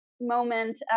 moment